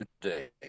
today